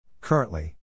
Currently